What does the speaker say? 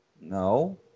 No